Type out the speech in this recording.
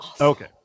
Okay